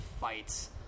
fights